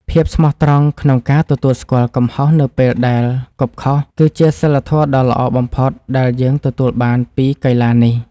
ភាពស្មោះត្រង់ក្នុងការទទួលស្គាល់កំហុសនៅពេលដែលគប់ខុស គឺជាសីលធម៌ដ៏ល្អបំផុតដែលយើងទទួលបានពីកីឡានេះ។